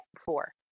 four